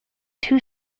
two